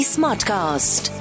Smartcast